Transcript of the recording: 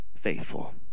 faithful